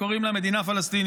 הם קוראים לה "מדינה פלסטינית",